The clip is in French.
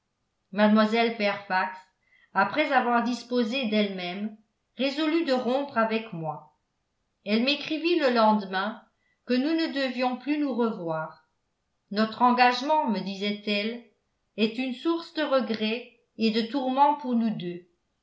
mlle fairfax après avoir disposé d'elle-même résolut de rompre avec moi elle m'écrivit le lendemain que nous ne devions plus nous revoir notre engagement me disait-elle est une source de regret et de tourments pour nous deux